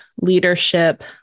leadership